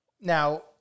now